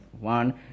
One